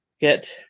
Get